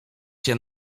się